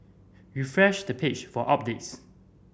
refresh the page for updates